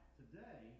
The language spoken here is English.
today